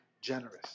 generous